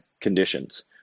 conditions